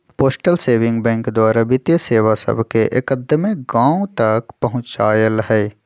postal saving bank द्वारा वित्तीय सेवा सभके एक्दम्मे गाँव तक पहुंचायल हइ